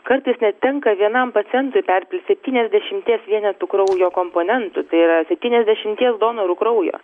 kartais net tenka vienam pacientui perpilti septyniasdešimties vienetų kraujo komponentų tai yra septyniasdešimties donorų kraujo